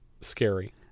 scary